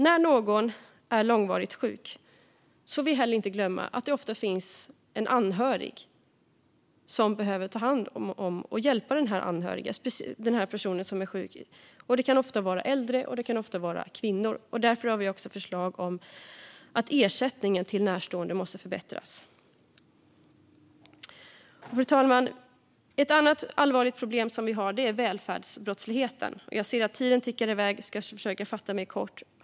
När någon är långvarigt sjuk får vi inte glömma att det ofta finns en anhörig som behöver ta hand om och hjälpa personen som är sjuk. Det kan ofta vara äldre, och det kan ofta vara kvinnor. Därför har vi förslag om att ersättningen till närstående måste förbättras. Fru talman! Ett annat allvarligt problem som vi har är välfärdsbrottsligheten - jag ser att tiden tickar iväg, och jag ska försöka fatta mig kort.